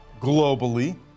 globally